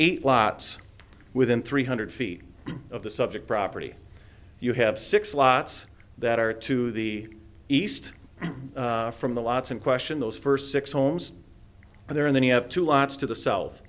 eight lots within three hundred feet of the subject property you have six slots that are to the east from the lots in question those first six homes and there and then you have two lots to the s